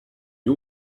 you